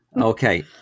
Okay